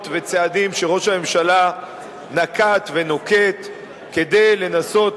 וצעדים שראש הממשלה נקט ונוקט כדי לנסות